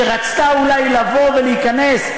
שרצתה אולי לבוא ולהיכנס,